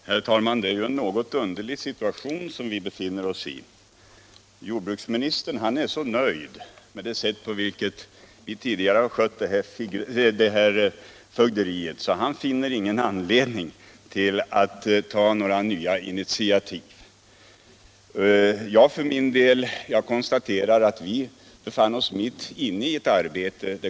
Herr talman! Det är en något underlig situation som vi befinner oss i. Jordbruksministern är så nöjd med det sätt på vilket vi tidigare skött det här fögderiet att han inte finner någon anledning att ta nya initiativ. Jag för min del konstaterar att vi befann oss mitt inne i ett arbete.